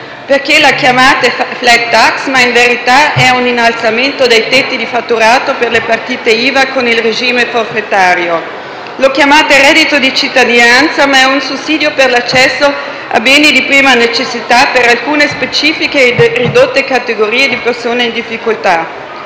perché la chiamate *flat tax*, ma in verità è un innalzamento dei tetti di fatturato per le partite IVA con il regime forfettario. Lo chiamate reddito di cittadinanza, ma è un sussidio per l'accesso a beni di prima necessità per alcune specifiche e ridotte categorie di persone in difficoltà.